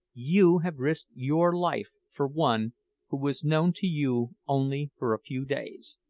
you have risked your life for one who was known to you only for a few days.